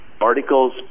articles